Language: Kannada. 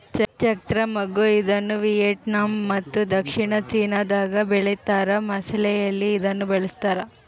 ಚಕ್ತ್ರ ಮಗ್ಗು ಇದನ್ನುವಿಯೆಟ್ನಾಮ್ ಮತ್ತು ದಕ್ಷಿಣ ಚೀನಾದಾಗ ಬೆಳೀತಾರ ಮಸಾಲೆಯಲ್ಲಿ ಇದನ್ನು ಬಳಸ್ತಾರ